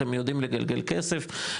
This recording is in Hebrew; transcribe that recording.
אתם יודעים לגלגל כסף,